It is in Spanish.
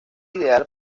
ideal